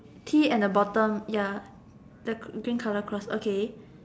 T at the bottom ya the green colour cross okay